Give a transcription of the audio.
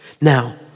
Now